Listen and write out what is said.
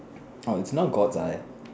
orh it's not